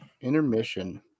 Intermission